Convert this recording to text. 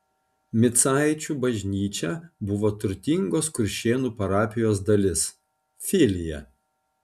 micaičių bažnyčia buvo turtingos kuršėnų parapijos dalis filija